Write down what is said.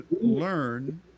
learn